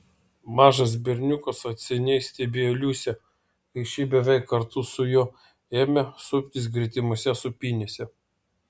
mažas berniukas atsainiai stebėjo liusę kai ši beveik kartu su juo ėmė suptis gretimose sūpynėse